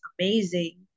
amazing